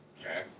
Okay